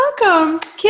welcome